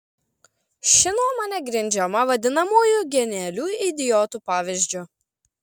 ši nuomonė grindžiama vadinamųjų genialių idiotų pavyzdžiu